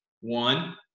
One